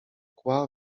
kła